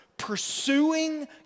pursuing